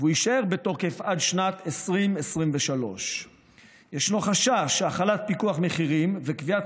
והוא יישאר בתוקף עד שנת 2023. ישנו חשש שהחלת פיקוח מחירים וקביעת